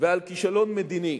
ועל כישלון מדיני,